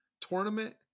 tournament